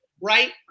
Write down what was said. Right